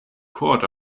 court